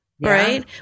Right